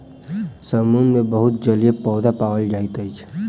समुद्र मे बहुत जलीय पौधा पाओल जाइत अछि